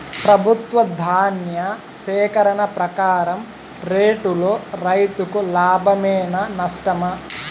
ప్రభుత్వం ధాన్య సేకరణ ప్రకారం రేటులో రైతుకు లాభమేనా నష్టమా?